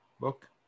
book